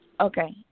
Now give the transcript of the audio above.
Okay